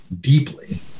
deeply